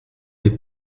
est